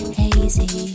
hazy